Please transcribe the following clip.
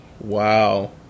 Wow